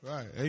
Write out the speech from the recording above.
Right